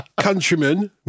countrymen